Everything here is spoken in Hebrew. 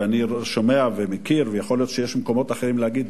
שומע ומכיר ויכול להיות שיש מקומות אחרים להגיד,